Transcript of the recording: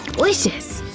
delicious!